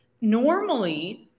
Normally